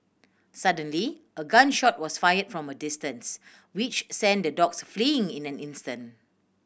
suddenly a gun shot was fired from a distance which sent the dogs fleeing in an instant